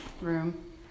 room